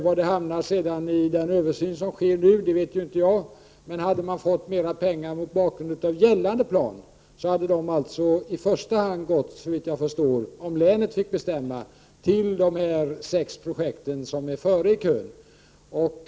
Var det här projektet hamnar i den översyn som sker nu vet inte jag, men hade man fått mera pengar mot bakgrund av gällande plan, hade de såvitt jag förstår gått till de sex projekt som är före i kön.